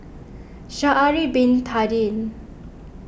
Sha'ari Bin Tadin